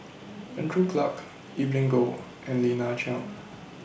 Andrew Clarke Evelyn Goh and Lina Chiam